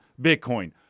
Bitcoin